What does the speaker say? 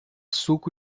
suco